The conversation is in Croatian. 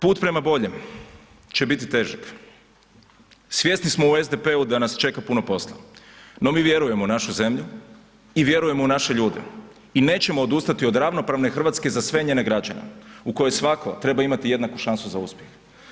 Put prema boljem će biti težak, svjesni smo u SDP-u da nas čeka puno posla no mi vjerujemo u našu zemlju i vjerujemo u naše ljude i nećemo odustati od ravnopravne Hrvatske za sve njene građane u kojoj svatko treba imati jednaku šansu za uspjeh.